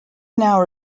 now